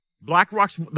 BlackRock's